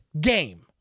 game